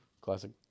classic